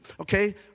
Okay